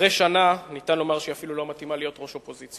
אחרי שנה ניתן לומר שהיא אפילו לא מתאימה להיות ראש אופוזיציה.